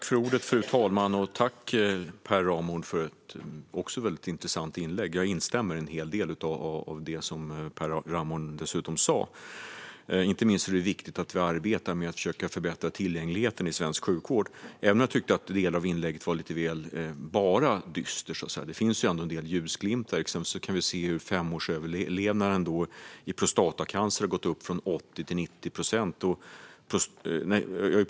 Fru talman! Jag tackar Per Ramhorn för ett mycket intressant inlägg. Jag instämmer dessutom i en hel del av det som han sa. Inte minst är det viktigt att vi arbetar med att försöka förbättra tillgängligheten i svensk sjukvård. Men jag tyckte att delar av hans anförande var lite väl dystert. Det finns ändå en del ljusglimtar. Exempelvis kan vi se hur femårsöverlevnaden i fråga om prostatacancer har gått upp från 80 till 90 procent.